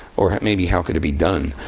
or maybe how could it be done?